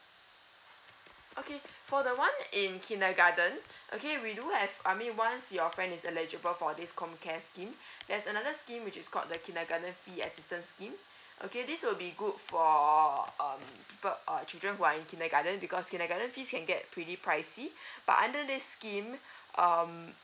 okay for the one in kindergarten okay we do have I mean once your friend is eligible for this comcare scheme there's another scheme which is called the kindergarten fee assistance scheme okay this will be good for um people uh children who are in kindergarten because kindergarten fees can get pretty pricey but under this scheme um